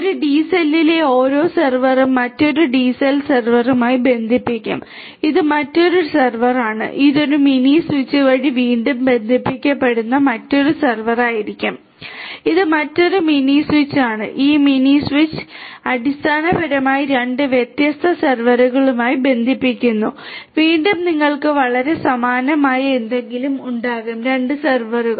ഒരു DCell ലെ ഓരോ സെർവറും മറ്റൊരു DCell സെർവറുമായി ബന്ധിപ്പിക്കും ഇത് മറ്റൊരു സെർവർ ആണ് ഇത് ഒരു മിനി സ്വിച്ച് വഴി വീണ്ടും ബന്ധിപ്പിക്കപ്പെടുന്ന മറ്റൊരു സെർവർ ആയിരിക്കും ഇത് മറ്റൊരു മിനി സ്വിച്ച് ആണ് ഈ മിനി സ്വിച്ച് ഈ മിനി സ്വിച്ച് അടിസ്ഥാനപരമായി രണ്ട് വ്യത്യസ്ത സെർവറുകളുമായി ബന്ധിപ്പിക്കുന്നു വീണ്ടും നിങ്ങൾക്ക് വളരെ സമാനമായ എന്തെങ്കിലും ഉണ്ടാകും 2 സെർവറുകൾ